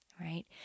right